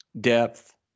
depth